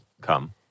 come